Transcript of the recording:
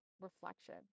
reflection